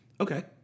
okay